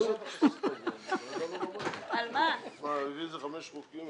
על מה באתם להצביע?